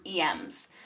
EMs